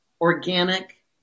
organic